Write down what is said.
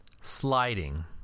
sliding